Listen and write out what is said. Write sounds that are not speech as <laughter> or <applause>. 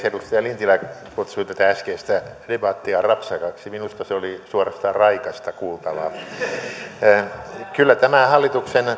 <unintelligible> edustaja lintilä kutsui tätä äskeistä debattia rapsakaksi minusta se oli suorastaan raikasta kuultavaa kyllä tämä hallituksen